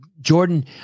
Jordan